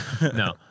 No